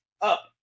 up